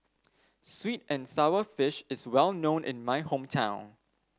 sweet and sour fish is well known in my hometown